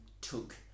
took